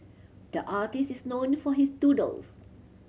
the artist is known for his doodles